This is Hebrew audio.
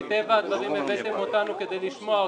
מטבע הדברים, הבאתם אותנו כדי לשמוע אותנו.